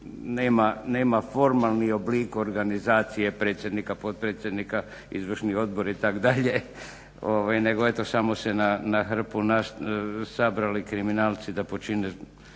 nema formalni oblik organizacije predsjednika, potpredsjednika, izvršni odbor itd. nego eto samo se na hrpu sabrali kriminalci da počine